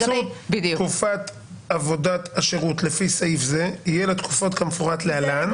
קיצור תקופת עבודת השירות לפי סעיף זה יהיה לתקופות כמפורט להלן.